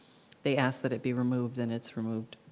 they ask that it be removed and it's removed.